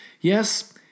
Yes